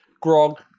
grog